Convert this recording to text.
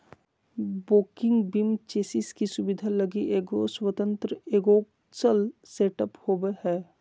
walking beam chassis की सुबिधा लगी एगो स्वतन्त्र एगोक्स्ल सेटअप होबो हइ